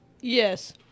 Yes